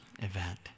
event